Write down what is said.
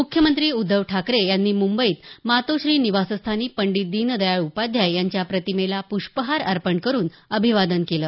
मुख्यमंत्री उद्धव ठाकरे यांनी मुंबईत मातोश्री निवासस्थानी पंडित दीनद्याळ उपाध्याय यांच्या प्रतिमेला प्रष्पहार अर्पण करून अभिवादन केलं